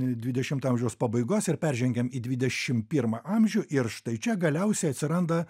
dvidešimto amžiaus pabaigos ir peržengėm į dvidešim pirmą amžių ir štai čia galiausiai atsiranda